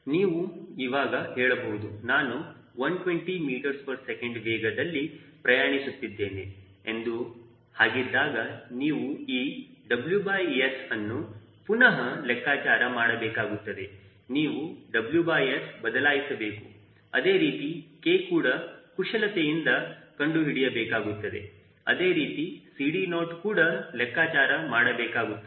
ನೀವು ಇವಾಗ ಹೇಳಬಹುದು ನಾನು 120 ms ವೇಗದಲ್ಲಿ ಪ್ರಯಾಣಿಸುತ್ತಿದ್ದೇನೆ ಎಂದು ಹಾಗಿದ್ದಾಗ ನೀವು ಈ WSಅನ್ನು ಪುನಃಹ ಲೆಕ್ಕಾಚಾರ ಮಾಡಬೇಕಾಗುತ್ತದೆ ನೀವು WS ಬದಲಾಯಿಸಬೇಕು ಅದೇ ರೀತಿ K ಕೂಡ ಕುಶಲತೆಯಿಂದ ಕಂಡುಹಿಡಿಯಬೇಕಾಗುತ್ತದೆ ಅದೇ ರೀತಿ CD0 ಕೂಡ ಲೆಕ್ಕಾಚಾರ ಮಾಡಬೇಕಾಗುತ್ತದೆ